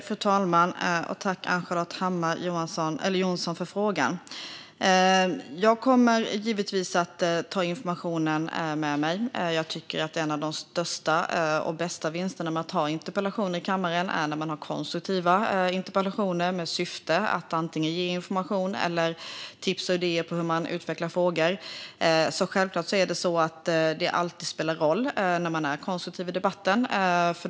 Fru talman! Tack, Ann-Charlotte Hammar Johnsson, för frågan! Jag kommer givetvis att ta informationen med mig. En av de största och bästa vinsterna med att ha interpellationsdebatter i kammaren är när det är konstruktiva interpellationer med syfte att ge information eller tips och idéer på hur man utvecklar frågor. Självklart spelar det alltid roll när man är konstruktiv i debatten.